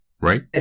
right